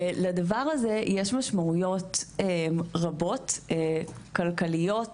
לדבר הזה יש משמעויות רבות, כלכליות ונוספות.